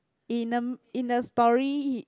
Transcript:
in a in a story